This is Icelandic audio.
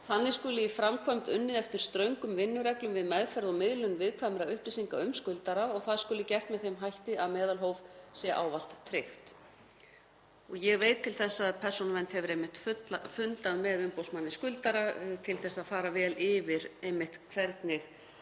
Þannig skuli í framkvæmd unnið eftir ströngum vinnureglum við meðferð og miðlun viðkvæmra upplýsinga um skuldara og það skuli gert með þeim hætti að meðalhóf sé ávallt tryggt. Ég veit til þess að Persónuvernd hefur einmitt fundað með umboðsmanni skuldara til að fara vel yfir hvernig